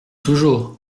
toujours